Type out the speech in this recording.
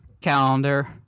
calendar